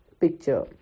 picture